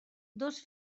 dos